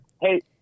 Hey